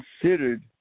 considered